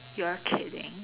you are kidding